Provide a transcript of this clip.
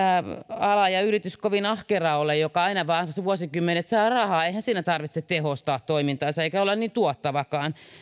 ala ja yritys kovin ahkera ole joka aina vain vuosikymmenet saa rahaa eihän siinä tarvitse tehostaa toimintaansa eikä olla niin tuottavakaan